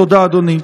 תודה, אדוני.